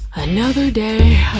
another day,